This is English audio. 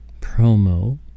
Promo